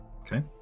Okay